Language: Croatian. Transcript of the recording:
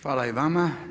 Hvala i vama.